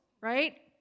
right